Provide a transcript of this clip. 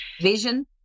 Vision